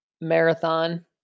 Marathon